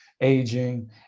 Aging